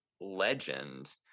legend